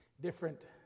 different